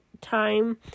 time